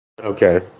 Okay